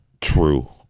true